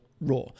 raw